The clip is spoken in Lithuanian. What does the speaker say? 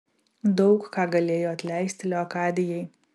daug ką galėjo atleisti leokadijai